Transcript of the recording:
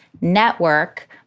network